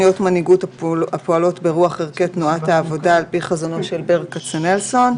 מנהיגות הפועלות ברוח ערכי תנועת העבודה על פי חזונו של ברל כצנלסון,